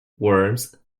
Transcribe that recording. worms